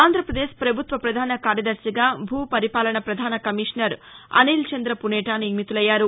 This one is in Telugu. ఆంధ్రాపదేశ్ ప్రభుత్వ ప్రధాన కార్యదర్శిగా భూపరిపాలన ప్రధాన కమిషనర్ అనిల్చంద పునేర నియమితులయ్యారు